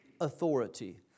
authority